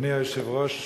אדוני היושב-ראש,